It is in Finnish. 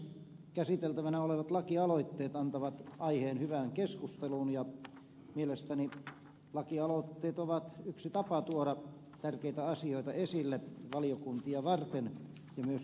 käsiteltävänä olevat lakialoitteet antavat aiheen hyvään keskusteluun ja mielestäni lakialoitteet ovat yksi tapa tuoda tärkeitä asioita esille valiokuntia varten ja myös julkisuutta varten